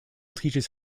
teaches